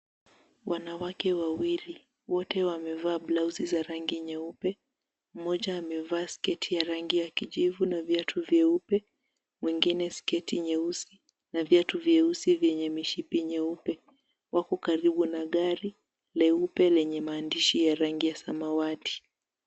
Wanawake wawili wote wamevaa blauzi za rangi nyeupe, mmoja amevaa sketi ya rangi ya kijivu na viatu vyeupe, mwengine sketi nyeusi na viatu vyeusi vyenye mshipi nyeupe. Wako karibu na gari leupe lenye maandishi ya rangi ya samawati.